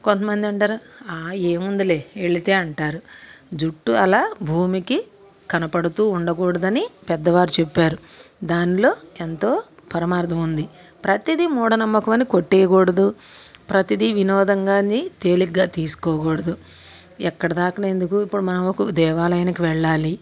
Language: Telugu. కొంతమంది అంటారు ఆ ఏవుందిలే వెళితే అంటారు జుట్టు అలా భూమికి కనబడుతూ ఉండకూడదని పెద్దవారు చెప్పారు దానిలో ఎంతో పరమార్థం ఉంది ప్రతిదీ మూఢనమ్మకమని కొట్టేయకూడదు ప్రతిదీ వినోదంగా అని తేలిగ్గా తీసుకోకూడదు ఎక్కడిదాకనో ఎందుకు ఇప్పుడు మనం ఒక దేవాలయానికి వెళ్ళాలి